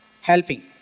helping